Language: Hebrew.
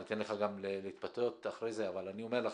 אני אתן לך גם להתבטא אחרי זה אבל אני אומר לכם,